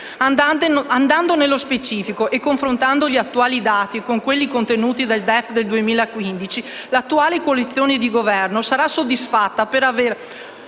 Andando nello specifico e confrontando gli attuali dati con quelli contenuti nel DEF del 2015, l'attuale coalizione di Governo sarà soddisfatta per aver